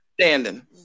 standing